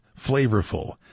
flavorful